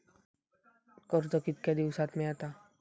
कर्ज कितक्या दिवसात मेळता?